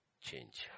change